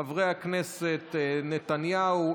חברי הכנסת בנימין נתניהו,